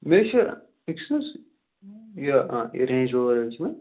مےٚ حظ چھِ أکیٛاہ چھنہٕ حظ یہِ رینج وٲلس منٛز